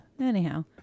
Anyhow